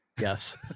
Yes